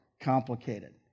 complicated